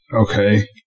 Okay